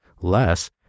less